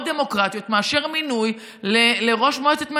דמוקרטיות לבין מינוי לראש מועצת מנהלים.